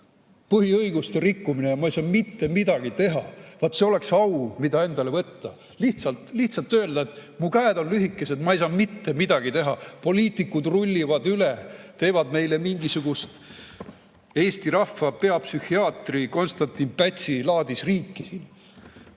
põhiõiguste rikkumine ja ma ei saa mitte midagi teha. Vaat see oleks au, mida endale võtta. Lihtsalt öelda, et mu käed on lühikesed, ma ei saa mitte midagi teha, poliitikud rullivad üle, teevad meile siin mingisugust Eesti rahva peapsühhiaatri Konstantin Pätsi laadis riiki.